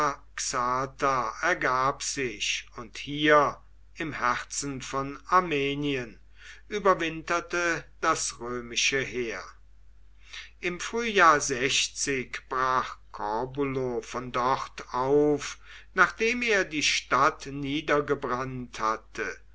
ergab sich und hier im herzen von armenien überwinterte das römische heer im frühjahr brach corbulo von dort auf nachdem er die stadt niedergebrannt hatte